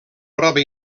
prova